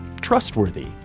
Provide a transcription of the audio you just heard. trustworthy